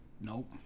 nope